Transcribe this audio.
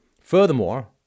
Furthermore